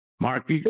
Mark